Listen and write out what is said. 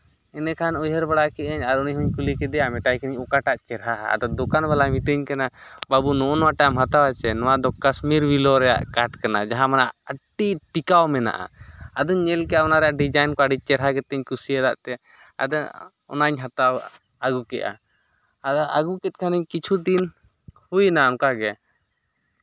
ᱮᱰᱮᱠᱷᱟᱱ ᱩᱭᱦᱟᱹᱨ ᱵᱟᱲᱟ ᱠᱮᱜ ᱟᱹᱧ ᱟᱨ ᱩᱱᱤ ᱦᱚᱧ ᱠᱩᱞᱤ ᱠᱮᱫᱮᱭᱟ ᱢᱮᱛᱟᱭ ᱠᱟᱹᱱᱟᱹᱧ ᱚᱠᱟᱴᱟᱜ ᱪᱮᱦᱨᱟᱜᱼᱟ ᱟᱫᱚ ᱫᱳᱠᱟᱱ ᱵᱟᱞᱟᱭ ᱢᱮᱛᱤᱧ ᱠᱟᱱᱟ ᱵᱟᱹᱵᱩ ᱱᱚᱜᱼᱚ ᱱᱚᱣᱟ ᱴᱟᱜ ᱮᱢ ᱦᱟᱛᱟᱣ ᱟᱥᱮ ᱱᱚᱣᱟ ᱫᱚ ᱠᱟᱥᱢᱤᱨ ᱵᱤᱞᱚ ᱨᱮᱭᱟᱜ ᱠᱟᱴ ᱠᱟᱱᱟ ᱡᱟᱦᱟᱸ ᱢᱟᱱᱮ ᱟᱹᱰᱤ ᱴᱤᱠᱟᱹᱣ ᱢᱮᱱᱟᱜᱼᱟ ᱟᱫᱚᱧ ᱧᱮᱞ ᱠᱟᱜᱼᱟ ᱚᱱᱟ ᱨᱮᱭᱟᱜ ᱰᱤᱡᱟᱭᱤᱱ ᱠᱚ ᱟᱹᱰᱤ ᱪᱮᱦᱨᱟ ᱜᱮᱛᱮᱧ ᱠᱩᱥᱤᱭᱟᱜ ᱛᱮ ᱟᱫᱚ ᱚᱱᱟᱧ ᱦᱟᱛᱟᱣᱟ ᱟᱹᱜᱩ ᱠᱮᱜᱼᱟ ᱟᱫᱚ ᱟᱹᱜᱩ ᱠᱮᱫ ᱠᱷᱟᱹᱱᱤᱧ ᱠᱤᱪᱷᱩ ᱫᱤᱱ ᱦᱩᱭᱱᱟ ᱚᱱᱠᱟᱜᱮ